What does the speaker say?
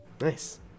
Nice